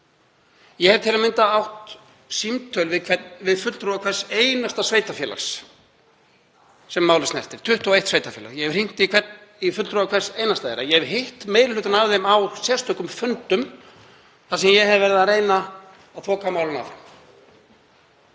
Ég hef til að mynda átt símtöl við fulltrúa hvers einasta sveitarfélags sem málið snertir, 21 sveitarfélag. Ég hef hringt í fulltrúa hvers einasta þeirra. Ég hef hitt meiri hlutann af þeim á sérstökum fundum þar sem ég hef verið að reyna að þoka málinu áfram.